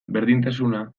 berdintasuna